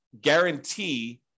guarantee